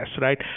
right